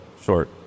short